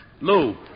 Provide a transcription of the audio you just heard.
Lou